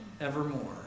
Evermore